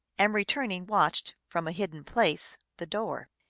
and, return ing, watched, from a hidden place, the door.